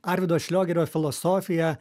arvydo šliogerio filosofija